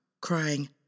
crying